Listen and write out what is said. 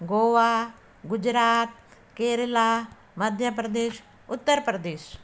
Goa Gujarat Kerala Madhya Pradesh Uttar Pradesh